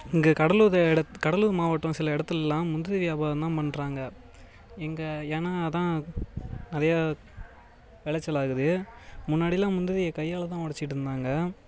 எங்கள் கடலூர் இடத்து கடலூர் மாவட்டம் சில இடத்திலலாம் முந்திரி வியாபாரம்தான் பண்ணறாங்க இங்கே ஏன்னால் அதுதான் நிறைய விளைச்சல் ஆகுது முன்னாடியெலாம் முந்திரியை கையால்தான் உடைச்சுட்டு இருந்தாங்க